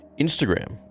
instagram